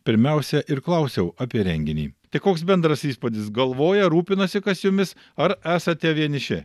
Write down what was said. pirmiausia ir klausiau apie renginį tai koks bendras įspūdis galvoja rūpinasi kas jumis ar esate vieniši